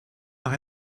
nach